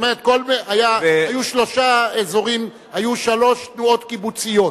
היו שלוש תנועות קיבוציות.